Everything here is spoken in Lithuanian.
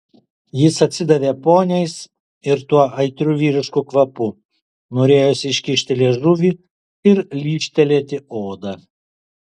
jis atsidavė poniais ir tuo aitriu vyrišku kvapu norėjosi iškišti liežuvį ir lyžtelėti odą